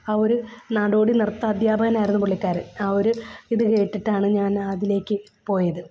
ആ ഒരു നാടോടി നൃത്ത അധ്യാപകനായിരുന്നു പുള്ളിക്കാരൻ ആ ഒരു ഇത് കേട്ടിട്ടാണ് ഞാനതിലേക്ക് പോയത്